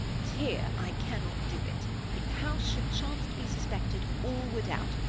but here i cannot do it if the house shou'd chance to be suspected, all would out,